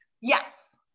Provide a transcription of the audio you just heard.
Yes